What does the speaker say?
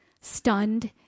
stunned